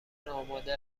آماده